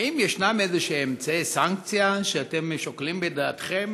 האם יש אמצעי סנקציה שאתם שוקלים בדעתכם